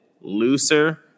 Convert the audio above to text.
looser